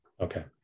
Okay